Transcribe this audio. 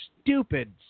stupid